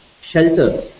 shelter